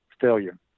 failure